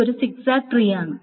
ഇതൊരു സിഗ്സാഗ് ട്രീയാണ്